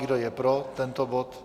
Kdo je pro tento bod?